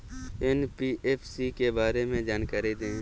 NBFC के बारे में जानकारी दें?